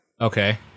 Okay